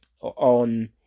on